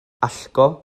allgo